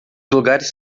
lugares